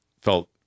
felt